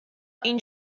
این